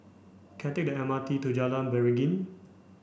can I take the M R T to Jalan Beringin